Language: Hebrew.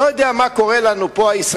אני לא יודע מה קורה לנו הישראלים.